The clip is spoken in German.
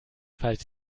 falls